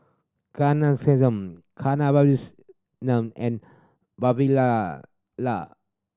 Ghanshyam Kasiviswanathan and Vavilala